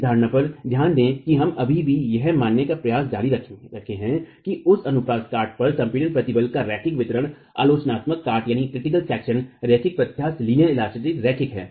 इस धारणा पर ध्यान दें कि हम अभी भी यह मानने का प्रयास जरी रखते है कि उस अनुप्रस्थ काट पर संपीडन प्रतिबल का रैखिक वितरण आलोचनात्मक काट रैखिक प्रत्यास्थ रैखिक है